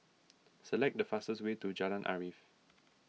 select the fastest way to Jalan Arif